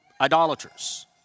idolaters